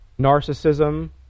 narcissism